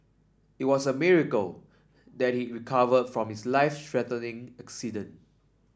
it was a miracle that he recovered from his life accident